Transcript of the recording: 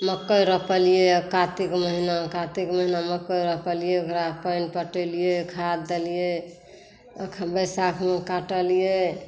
मकइ रोपलियैय कातिक महिना कातिक महिना मकइ रोपलियै ओकरा पानि पटेलियै खाद देलियै बैसाख मे काट लियै